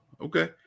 okay